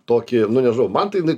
tokį nu nežinau man tai jinai